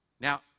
Now